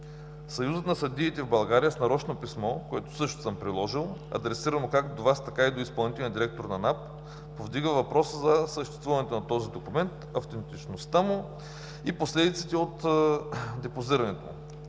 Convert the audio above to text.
Съюзът на съдиите в България с нарочно писмо, което също съм приложил, адресирано както до Вас, така и до изпълнителния директор на НАП, повдига въпроса за съществуването на този документ, автентичността му и последиците от депозирането му.